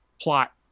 plot